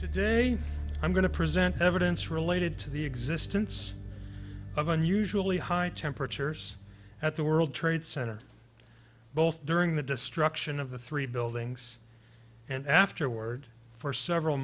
today i'm going to present evidence related to the existence of unusually high temperatures at the world trade center both during the destruction of the three buildings and afterward for several